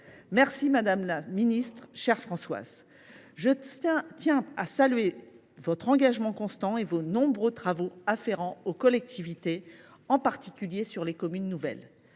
Madame la ministre, chère Françoise, je tiens à vous remercier et à saluer votre engagement constant et vos nombreux travaux afférents aux collectivités, en particulier sur les communes nouvelles.